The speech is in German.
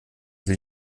will